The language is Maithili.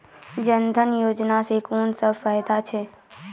जनधन योजना सॅ कून सब फायदा छै?